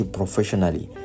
professionally